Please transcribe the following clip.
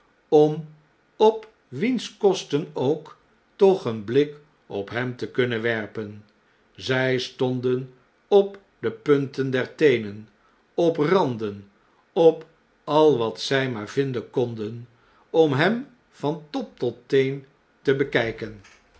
om op wiens kosten ook toch een blik op hem te kunnen werpen zjj stonden op de punten der teenen op randen op al wat zg maar vinden konden om hem van top tot teen te bekjjken